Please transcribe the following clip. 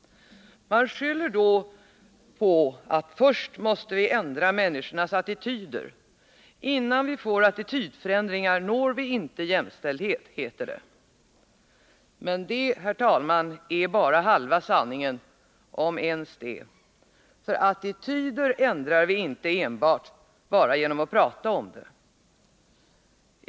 Man skyller då på att vi först måste ändra människornas attityder. Innan vi får attitydförändringar når vi inte jämställdhet, heter det. Men det, herr talman, är bara halva sanningen — om ens det — för attityder ändrar vi inte enbart genom att prata om dem.